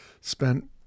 spent